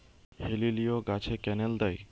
হেলিলিও গাছে ক্যানেল দেয়?